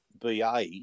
BA